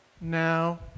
now